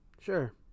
Sure